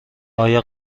آیا